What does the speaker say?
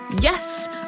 yes